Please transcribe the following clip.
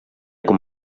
com